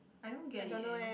I don't get it eh